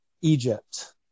Egypt